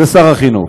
זה שר החינוך,